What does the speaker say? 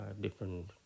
different